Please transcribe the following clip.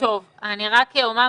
אבקש